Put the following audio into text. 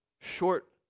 short